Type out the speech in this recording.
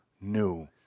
New